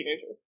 teenagers